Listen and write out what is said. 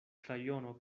krajono